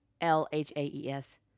L-H-A-E-S